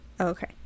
Okay